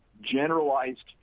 generalized